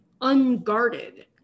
unguarded